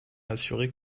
assuré